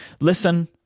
Listen